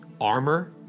armor